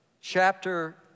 chapter